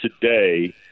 today